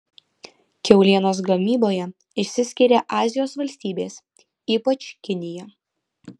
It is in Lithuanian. kiaulienos gamyboje išsiskiria azijos valstybės ypač kinija